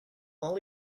all